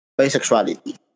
bisexuality